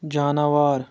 جاناوار